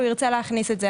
הוא ירצה להכניס את זה.